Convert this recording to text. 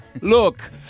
Look